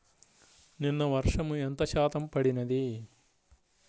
నిన్న వర్షము ఎంత శాతము పడినది?